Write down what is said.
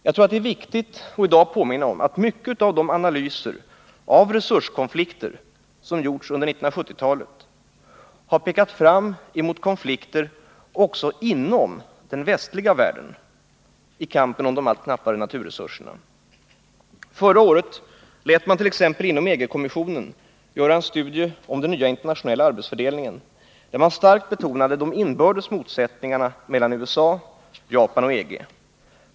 Jag tror att det är viktigt atti dag påminna om att mycket av de analyser av resurskonflikter som gjorts under 1970-talet har pekat fram emot konflikter också inom den västliga världen i kampen om de allt knappare naturresurserna. Förra året lät man t.ex. inom EG-kommissionen göra en studie om den nya internationella arbetsfördelningen, där man starkt betonade de inbördes motsättningarna mellan USA, Japan och EG.